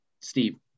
Steve